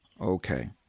Okay